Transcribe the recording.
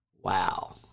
Wow